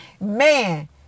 Man